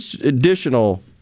additional